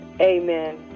Amen